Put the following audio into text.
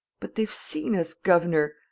but they've seen us, governor.